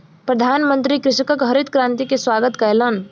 प्रधानमंत्री कृषकक हरित क्रांति के स्वागत कयलैन